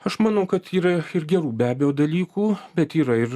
aš manau kad yra ir gerų be abejo dalykų bet yra ir